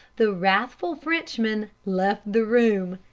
the wrathful frenchman left the room.